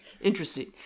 Interesting